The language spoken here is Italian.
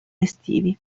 estivi